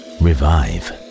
revive